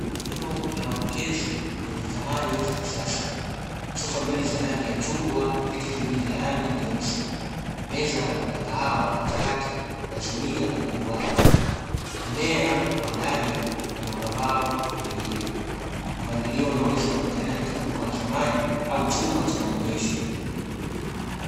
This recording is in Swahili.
Eneo la mapokezi lenye samani za kisasa, sofa mbili za rangi ya chungwa, viti viwili vya rangi nyeusi, meza ya kahawa katikati na zulia la duara. Mmea wa ndani na mapambau mengine, mpangilio unaoweza kupatikana katika duka la samani au chumba cha maonyesho.